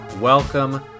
welcome